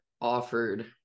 offered